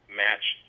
match